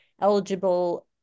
eligible